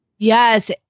Yes